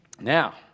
Now